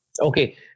Okay